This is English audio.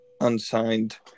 unsigned